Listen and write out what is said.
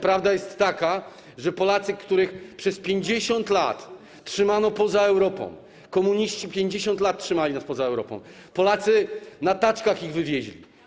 Prawda jest taka, że Polacy, których przez 50 lat trzymano poza Europą... komuniści 50 lat trzymali nas poza Europą, Polacy na taczkach ich wywieźli.